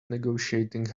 negotiating